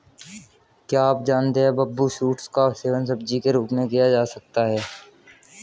क्या आप जानते है बम्बू शूट्स का सेवन सब्जी के रूप में किया जा सकता है?